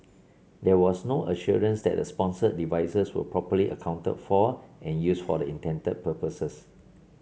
there was no assurance that the sponsored devices were properly accounted for and used for the intended purposes